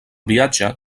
viatge